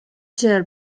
ser